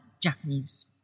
japanese